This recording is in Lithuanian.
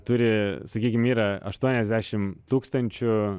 turi sakykim yra aštuoniasdešim tūkstančių